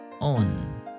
on